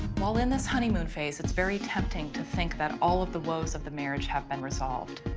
while in this honeymoon phase, it's very tempting to think that all of the woes of the marriage have been resolved.